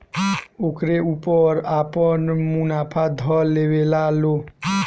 ओकरे ऊपर आपन मुनाफा ध लेवेला लो